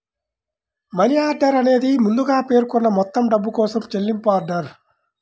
money order అనేది ముందుగా పేర్కొన్న మొత్తం డబ్బు కోసం చెల్లింపు ఆర్డర్